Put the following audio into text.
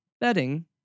bedding